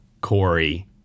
Corey